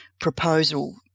proposal